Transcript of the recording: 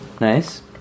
Nice